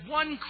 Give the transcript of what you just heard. one